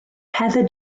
heather